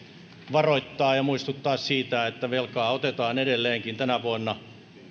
varoittaa ja muistuttaa siitä että velkaa otetaan edelleenkin tänä vuonna